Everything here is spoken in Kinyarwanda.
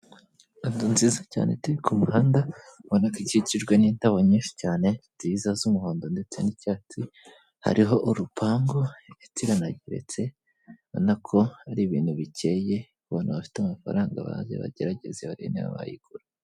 Inzu nziza cyane ituye kumuhanda urabona ko ikikijwe nindabo nyishi cyane nziza zumuhondo ndetse nicyatsi hariho urupangu ndetse iranageretse urabonako ari ibintu bikeye abantu bafite amafaranga baze bagerageze barebe niba bayigura.